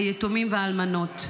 היתומים והאלמנות.